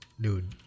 dude